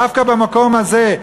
דווקא במקום הזה,